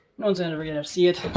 no one's and ever gonna see it.